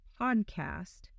podcast